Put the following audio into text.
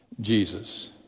Jesus